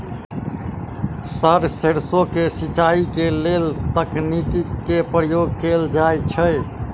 Sir सैरसो केँ सिचाई केँ लेल केँ तकनीक केँ प्रयोग कैल जाएँ छैय?